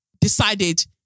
decided